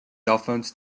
cellphones